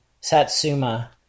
satsuma